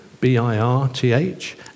B-I-R-T-H